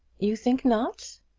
you think not?